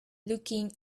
looking